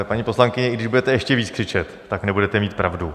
Paní poslankyně, i když budete ještě víc křičet, nebudete mít pravdu.